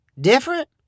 Different